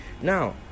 now